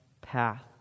path